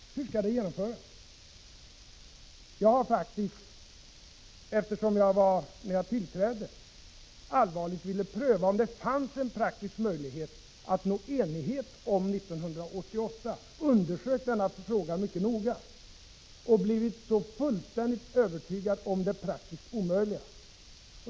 Hur skall det genomföras? Eftersom jag, när jag tillträdde, allvarligt ville pröva om det fanns en praktisk möjlighet att nå enighet om 1988 har jag faktiskt undersökt denna fråga mycket noga och blivit fullständigt övertygad om det praktiskt omöjliga.